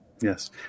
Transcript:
Yes